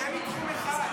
--- תן לי תחום אחד,